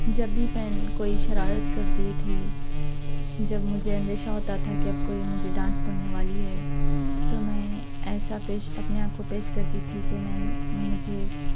جب بھی پین کوئی شرارت کرتی تھی جب مجھے اندیشہ ہوتا تھا کہ اب کوئی مجھے ڈانٹ پڑنے والی ہے تو میں ایسا پیش اپنے آپ کو پیش کرتی تھی کہ میں مجھے